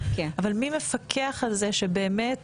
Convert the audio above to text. מי מפקח על זה שבאמת